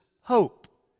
hope